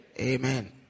Amen